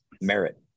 merit